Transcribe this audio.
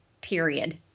period